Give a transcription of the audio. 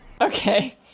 Okay